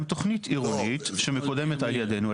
הן תוכניות עירוניות שמקודמת על ידנו,